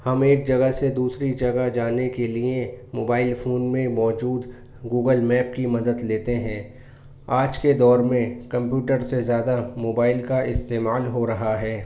ہم ایک جگہ سے دوسری جگہ جانے کے لیے موبائل فون میں موجود گوگل میپ کی مدد لیتے ہیں آج کے دور میں کمپیوٹر سے ذیادہ موبائل کا استعمال ہو رہا ہے